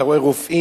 אתה רואה רופאים,